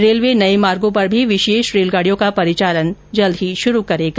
railway नये मार्गो पर भी विशेष रेलगाडियों का परिचालन शुरू करेगा